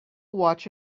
watch